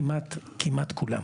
כמעט כולם.